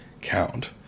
count